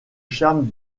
charme